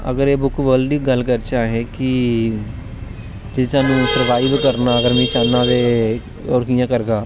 अगर बुकबल्ड दी गल्ल करचै अस कि अगर में चाह्नां ते ओह् कियां करगा